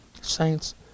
Saints